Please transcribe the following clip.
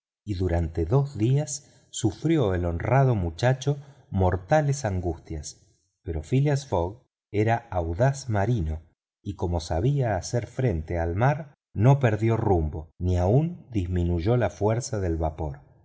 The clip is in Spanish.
y durante dos días sufrió el honrado muchacho mortales angustias pero phileas fogg era audaz marino y como sabía hacer frente al mar no perdió rumbo ni aun disminuyó la fuerza del vapor